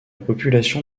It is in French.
population